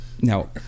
Now